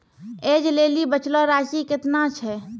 ऐज लेली बचलो राशि केतना छै?